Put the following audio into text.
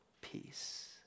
peace